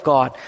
God